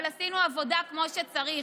אבל עשינו עבודה כמו שצריך.